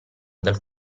dal